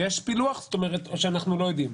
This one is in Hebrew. יש פילוח או שאנחנו לא יודעים?